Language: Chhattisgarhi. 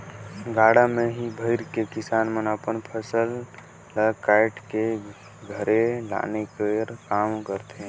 गाड़ा मे ही भइर के किसान मन अपन फसिल ल काएट के घरे लाने कर काम करथे